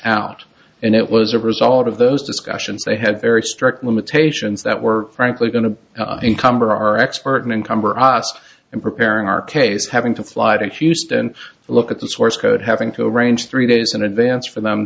out and it was a result of those discussions they had very strict limitations that were frankly going to encumber our expert in income or and preparing our case having to slide in houston to look at the source code having to arrange three days in advance for them